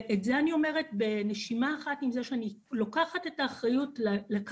אני אומרת את זה בנשימה אחת עם זה שאני לוקחת את האחריות לקחת